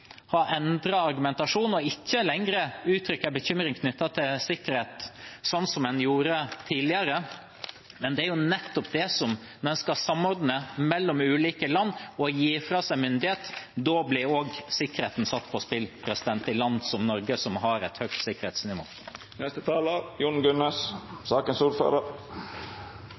argumentasjon og ikke lenger uttrykker en bekymring knyttet til sikkerhet, sånn som en gjorde tidligere. Men det er nettopp det at når en skal samordne mellom ulike land og gi fra seg myndighet, blir også sikkerheten satt på spill i land som Norge, som har et høyt sikkerhetsnivå.